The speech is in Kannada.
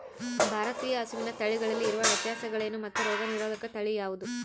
ಭಾರತೇಯ ಹಸುವಿನ ತಳಿಗಳಲ್ಲಿ ಇರುವ ವ್ಯತ್ಯಾಸಗಳೇನು ಮತ್ತು ರೋಗನಿರೋಧಕ ತಳಿ ಯಾವುದು?